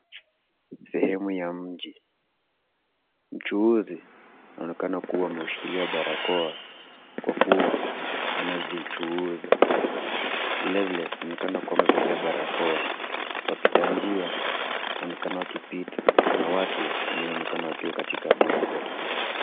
Sehemu ya mji, mchuuzi aonekana kuwa ameushikilia barakoa, kwa kuwa anazichuuza. Vilevile anaonekana kuwa amevalia barakoa, wapita njia waonekana wakipita, na watu wengine waonekana wakiwa katika gumzo.